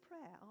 prayer